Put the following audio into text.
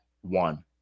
one